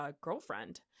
girlfriend